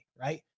right